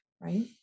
right